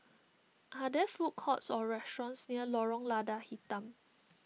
are there food courts or restaurants near Lorong Lada Hitam